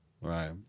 Right